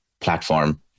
platform